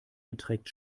beträgt